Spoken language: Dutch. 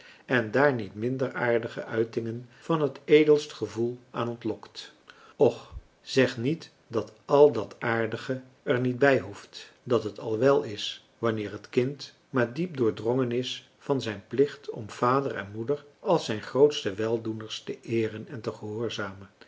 en daar niet minder aardige uitingen van het edelst gevoel aan ontlokt och zeg niet dat al dat aardige er niet bij hoeft dat het al wel is wanneer het kind maar diep doordrongen is van zijn plicht om vader en moeder als zijn grootste weldoeners te eeren en te gehoorzamen